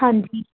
ਹਾਂਜੀ